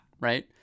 right